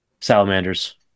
Salamanders